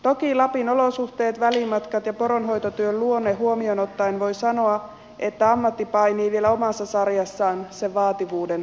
toki lapin olosuhteet välimatkat ja poronhoitotyön luonne huomioon ottaen voi sanoa että ammatti painii vielä omassa sarjassaan vaativuutensa vuoksi